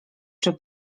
czy